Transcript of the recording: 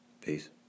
Peace